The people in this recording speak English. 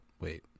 Wait